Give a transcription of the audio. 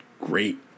great